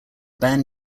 band